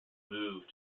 moved